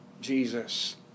Jesus